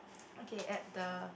okay at the